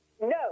no